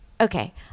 Okay